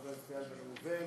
חבר הכנסת איל בן ראובן,